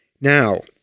Now